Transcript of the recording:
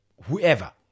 Whoever